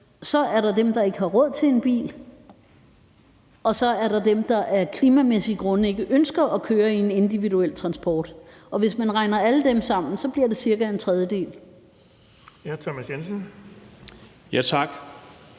Så er der dem, der ikke har råd til en bil, og så er der dem, der af klimamæssige grunde ikke ønsker at køre i individuel transport. Hvis man regner alle dem sammen, bliver det cirka en tredjedel. Kl. 15:02 Den fg. formand